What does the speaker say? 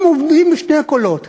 הם מדברים בשני קולות.